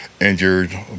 injured